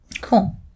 Cool